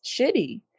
shitty